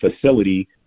facility